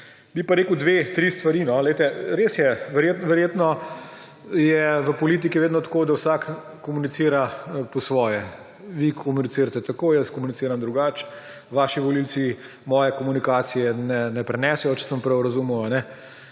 Bi pa rekel dve, tri stvari. Res je, verjetno je v politiki vedno tako, da vsak komunicira po svoje. Vi komunicirate tako, jaz komuniciram drugače, vaši volivci moje komunikacije ne prenesejo, če sem prav razumel.